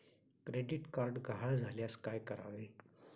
Credit card गहाळ झाल्यास काय करावे?